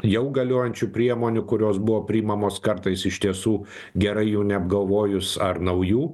jau galiojančių priemonių kurios buvo priimamos kartais iš tiesų gerai jų neapgalvojus ar naujų